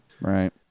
Right